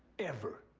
ever.